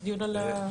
זה דיון על הרשות.